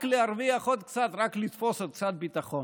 רק להרוויח עוד קצת, רק לתפוס עוד קצת ביטחון.